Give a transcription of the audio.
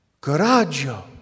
Coraggio